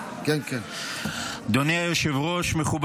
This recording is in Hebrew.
של ידידי חבר